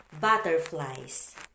butterflies